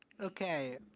Okay